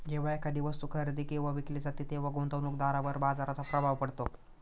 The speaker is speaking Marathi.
जेव्हा एखादी वस्तू खरेदी किंवा विकली जाते तेव्हा गुंतवणूकदारावर बाजाराचा प्रभाव पडतो